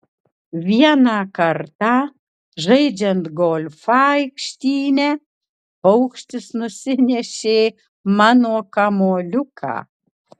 vieną kartą žaidžiant golfą aikštyne paukštis nusinešė mano kamuoliuką